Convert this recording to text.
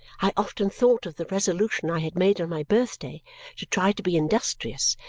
i often thought of the resolution i had made on my birthday to try to be industrious,